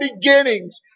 beginnings